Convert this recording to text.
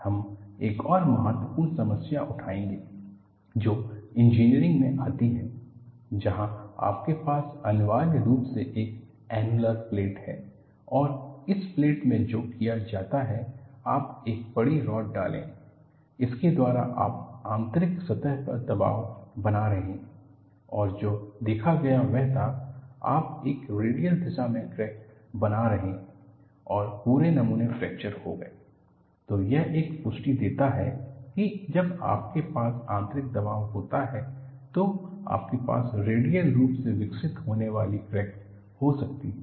हम एक और महत्वपूर्ण समस्या उठाएंगे जो इंजीनियरिंग में आती हैं जहां आपके पास अनिवार्य रूप से एक ऐंनुलर प्लेट है और इस प्लेट में जो किया जाता है आप एक बड़ी रॉड डालें इसके द्वारा आप आंतरिक सतह पर दबाव बना रहे हैं और जो देखा गया वह था आप एक रेडियल दिशा में क्रैक बना रहे हैं और पूरे नमूना फ्रैक्चर हो गया तो यह एक पुष्टि देता है कि जब आपके पास आंतरिक दबाव होता है तो आपके पास रेडियल रूप से विकसित होने वाली क्रैक्स हो सकती हैं